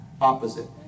opposite